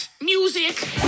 Music